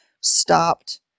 stopped